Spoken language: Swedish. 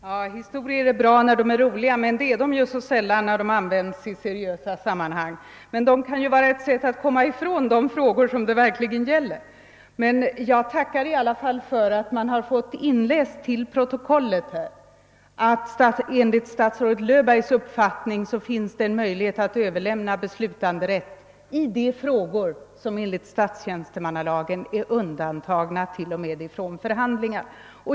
Herr talman! Historier är bra när de är roliga, men det är de så sällan när de används i seriösa sammanhang. Att berätta historier är ett sätt att komma ifrån vad saken verkligen gäller. Jag tackar ändå för att det har inlästs till protokollet att det enligt statsrådet Löfbergs uppfattning finns möjlighet att överlåta beslutanderätten i de frågor som enligt statstjänstemannalagen är undantagna t.o.m. från förhandlingar.